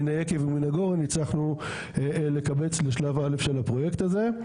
מן היקב ומן הגורן הצלחנו לקבץ לשלב א' של לפרויקט הזה.